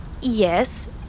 Yes